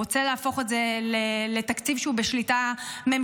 הוא רוצה להפוך את זה לתקציב שהוא בשליטה ממשלתית.